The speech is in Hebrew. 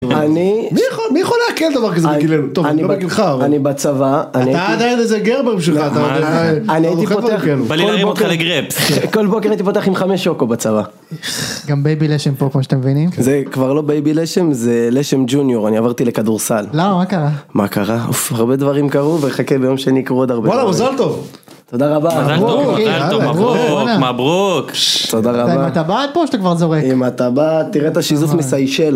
אני... מי יכול... מי יכול לעכל דבר כזה בגילנו?!... טוב, אולי בגילך. אני בצבא... עד היום איזה גרבר... בא לי להרים אותך לגרפס... חח... אני הייתי פותח כל בוקר... כל בוקר הייתי פותח עם חמש שוקו בצבא. חח... גם בייבי לשם פה כמו שאתם מבינים. זה כבר לא בייבי לשם זה לשם ג'וניור, אני עברתי לכדורסל. למה? מה קרה? מה קרה? אוף... הרבה דברים קרו וחכה ביום שני יקרו עוד הרבה דברים. וואללה, מזל טוב! תודה רבה, מברוק. תודה רבה, מברוק, תודה רבה. עם הטבעת פה? או שאתה כבר זורק? עם הטבעת, תראה את השיזוף מסיישל.